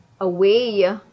away